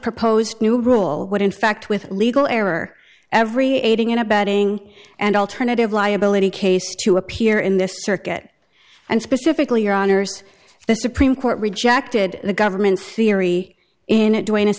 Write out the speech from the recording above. proposed new rule would in fact with legal error every aiding and abetting and alternative liability case to appear in this circuit and specifically your honour's the supreme court rejected the government's theory in a doing us